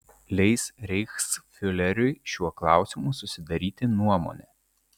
leis reichsfiureriui šiuo klausimu susidaryti nuomonę